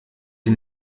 die